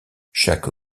chaque